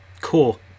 cool